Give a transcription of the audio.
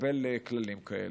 לקבל כללים כאלה,